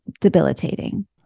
debilitating